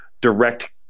direct